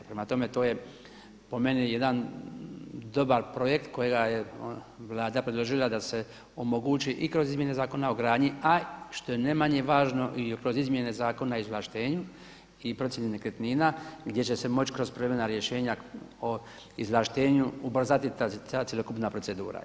Prema tome, to je po meni jedan dobar projekt kojega je Vlada predložila da se omogući i kroz izmjene Zakona o gradnji, a što je najmanje važno i kroz izmjene Zakona o izvlaštenju i procjeni nekretnina gdje će se moći kroz … rješenja o izvlaštenju ubrzati ta cjelokupna procedura.